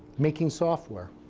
making software.